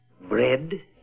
Bread